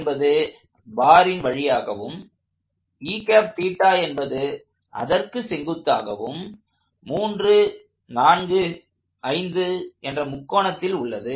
என்பது பாரின் வழியாகவும் என்பது அதற்கு செங்குத்தாகவும் 3 4 5 என்ற முக்கோணத்தில் உள்ளது